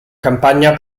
campagna